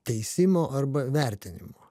teisimo arba vertinimo